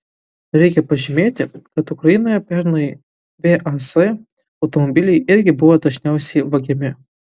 reikia pažymėti kad ukrainoje pernai vaz automobiliai irgi buvo dažniausiai vagiami